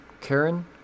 Karen